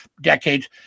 decades